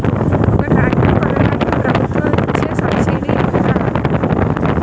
ఒక ట్రాక్టర్ కొనడానికి ప్రభుత్వం ఇచే సబ్సిడీ ఎంత?